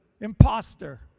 imposter